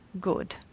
good